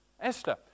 Esther